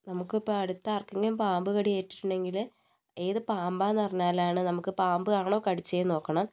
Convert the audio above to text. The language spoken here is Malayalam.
നമുക്കിപ്പോൾ അടുത്താർക്കെങ്കിലും പാമ്പുകടി ഏറ്റിട്ടുണ്ടെങ്കിൽ ഏത് പാമ്പാണെന്ന് അറിഞ്ഞാലാണ് നമുക്ക് പാമ്പാണോ കടിച്ചതെന്ന് നോക്കണം